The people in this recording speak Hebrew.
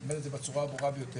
אני אומר את זה בצורה הברורה ביותר,